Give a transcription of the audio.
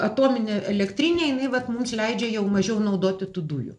atominė elektrinė jinai vat mums leidžia jau mažiau naudoti tų dujų